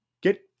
Get –